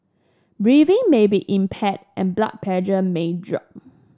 breathing may be impaired and blood pressure may drop